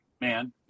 man